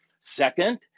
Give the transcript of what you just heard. Second